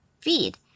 feed